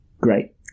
great